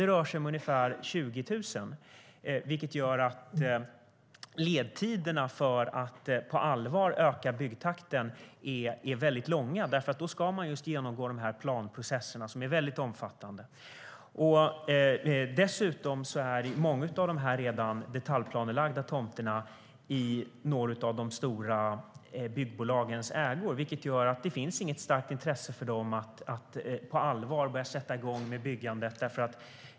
Det rör sig om ungefär 20 000 tomter, men ledtiderna för att på allvar öka byggtakten är långa, eftersom man måste genomgå de omfattande planprocesserna. Dessutom är många av dessa redan detaljplanelagda tomter i några av de stora byggbolagens ägo, och det finns inget starkt intresse för dem att på allvar sätta igång byggandet.